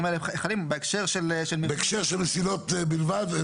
האלה חלים בהקשר של --- בהקשר של מסילות בלבד,